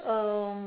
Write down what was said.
um